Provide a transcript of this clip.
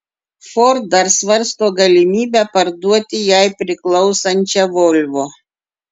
ford dar svarsto galimybę parduoti jai priklausančią volvo